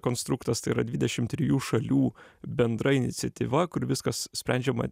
konstruktas tai yra dvidešim trijų šalių bendra iniciatyva kur viskas sprendžiama